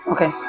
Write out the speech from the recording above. Okay